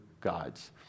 gods